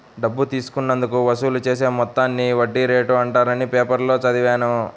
డబ్బు తీసుకున్నందుకు వసూలు చేసే మొత్తాన్ని వడ్డీ రేటు అంటారని పేపర్లో చదివాను